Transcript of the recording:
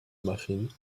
marine